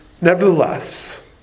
Nevertheless